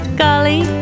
golly